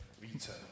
více